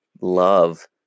love